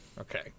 Okay